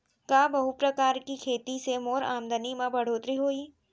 का बहुप्रकारिय खेती से मोर आमदनी म बढ़होत्तरी होही?